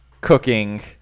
Cooking